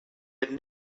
had